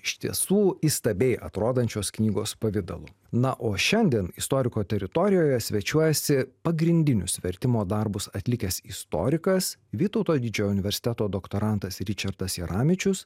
iš tiesų įstabiai atrodančios knygos pavidalu na o šiandien istoriko teritorijoje svečiuojasi pagrindinius vertimo darbus atlikęs istorikas vytauto didžiojo universiteto doktorantas ričardas jeramičius